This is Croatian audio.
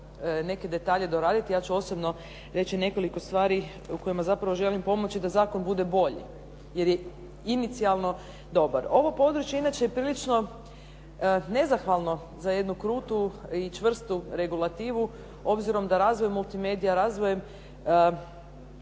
neke detalje doraditi. Ja ću osobno reći nekoliko stvari u kojima zapravo želim pomoći da zakon bude bolji, jer je inicijalno dobar. Ovo područje inače je prilično nezahvalno za jednu krutu i čvrstu regulativu obzirom da razvoj multimedija, razvojem